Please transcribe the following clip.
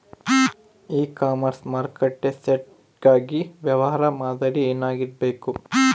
E commerce ಮಾರುಕಟ್ಟೆ site ಗಾಗಿ ವ್ಯವಹಾರ ಮಾದರಿ ಏನಾಗಿರಬೇಕು?